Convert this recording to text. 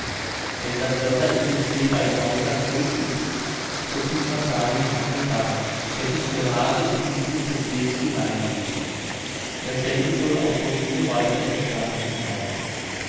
wenn das wasser in dem see bei naugard ruhig ist so sieht man darin einen damm der bis gerade in die mitte des sees hineingeht derselbe soll auf folgende weise entstanden seyn